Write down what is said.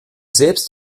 selbst